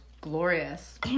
glorious